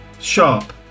sharp